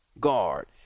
guard